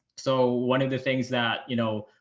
so one of the things that, you know,